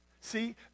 See